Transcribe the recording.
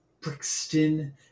Brixton